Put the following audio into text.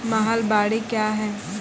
महलबाडी क्या हैं?